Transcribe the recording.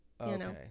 Okay